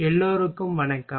எல்லோருக்கும் வணக்கம்